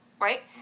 right